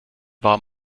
war